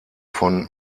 von